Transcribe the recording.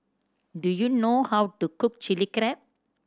do you know how to cook Chili Crab